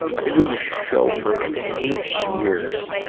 i've been doing this show for eight years,